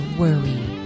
worry